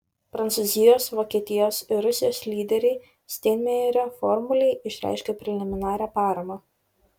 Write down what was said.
prancūzijos vokietijos ir rusijos lyderiai steinmeierio formulei išreiškė preliminarią paramą